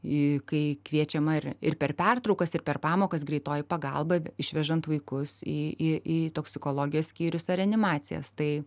kai kviečiama ir ir per pertraukas ir per pamokas greitoji pagalba išvežant vaikus į į į toksikologijos skyrius ar reanimacijas tai